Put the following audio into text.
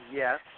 yes